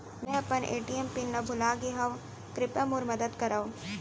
मै अपन ATM PIN ला भूलागे हव, कृपया मोर मदद करव